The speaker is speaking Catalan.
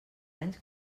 anys